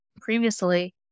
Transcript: previously